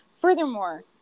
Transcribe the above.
Furthermore